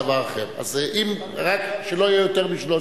למעט חבויות מסוימות,